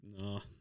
No